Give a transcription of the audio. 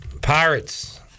pirates